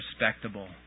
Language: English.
respectable